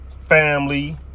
family